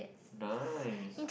nice